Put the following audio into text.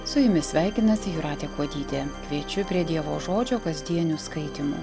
su jumis sveikinasi jūratė kuodytė kviečiu prie dievo žodžio kasdienių skaitymų